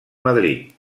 madrid